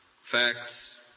facts